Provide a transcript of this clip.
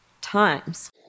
Times